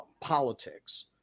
politics